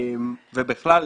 בכלל,